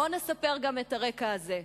בואו נספר גם את הרקע הזה.